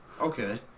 Okay